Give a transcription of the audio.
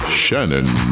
shannon